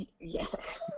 Yes